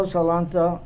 Salanta